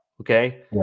okay